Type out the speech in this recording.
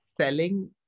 selling